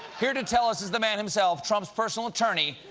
here to tell us is the man himself, trump's personal attorney,